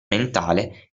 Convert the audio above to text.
mentale